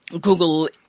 Google